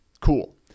cool